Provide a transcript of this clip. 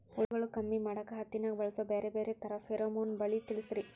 ಹುಳುಗಳು ಕಮ್ಮಿ ಮಾಡಾಕ ಹತ್ತಿನ್ಯಾಗ ಬಳಸು ಬ್ಯಾರೆ ಬ್ಯಾರೆ ತರಾ ಫೆರೋಮೋನ್ ಬಲಿ ತಿಳಸ್ರಿ